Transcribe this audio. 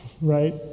right